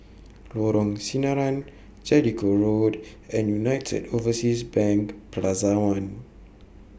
Lorong Sinaran Jellicoe Road and United Overseas Bank Plaza one